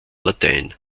latein